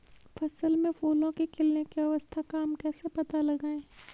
फसल में फूलों के खिलने की अवस्था का हम कैसे पता लगाएं?